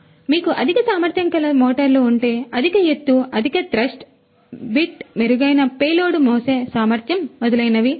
కాబట్టి మీకు అధిక సామర్థ్యం గల మోటార్లు ఉంటే అధిక ఎత్తు అధిక థ్రస్ట్ బిట్ మెరుగైన పేలోడ్ మోసే సామర్థ్యం మొదలైనవి